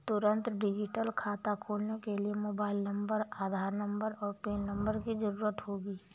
तुंरत डिजिटल खाता खोलने के लिए मोबाइल नंबर, आधार नंबर, और पेन नंबर की ज़रूरत होगी